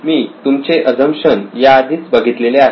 मी तुमचे अझम्पशन याआधीच बघितलेले आहेत